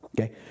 okay